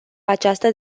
această